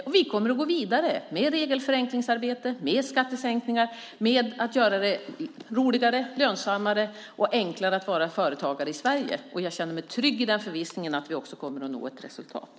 Vi kommer att gå vidare med regelförenklingsarbete, med skattesänkningar, med att göra det roligare, lönsammare och enklare att vara företagare i Sverige. Jag känner mig trygg i förvissningen att vi också kommer att nå resultat.